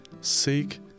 Seek